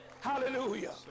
Hallelujah